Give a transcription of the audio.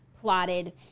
plotted